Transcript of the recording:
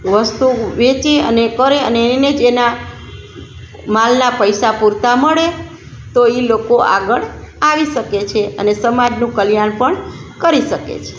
વસ્તુ વેચી અને કરે અને એને જ એના માલના પૈસા પૂરતા મળે તો એ લોકો આગળ આવી શકે છે અને સમાજનું કલ્યાણ પણ કરી શકે છે